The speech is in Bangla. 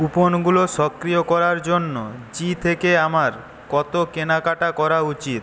কুপন গুলো সক্রিয় করার জন্য জি থেকে আমার কত কেনাকাটা করা উচিত